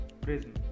prism